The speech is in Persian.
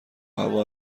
هوا